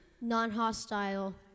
Non-hostile